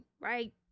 right